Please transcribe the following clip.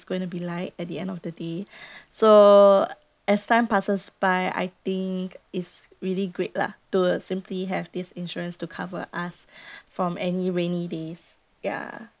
going to be like at the end of the day so as time passes by I think is really great lah to simply have this insurance to cover us from any rainy days ya